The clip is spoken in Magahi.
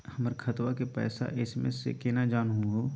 हमर खतवा के पैसवा एस.एम.एस स केना जानहु हो?